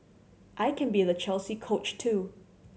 I can be the Chelsea Coach too